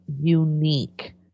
unique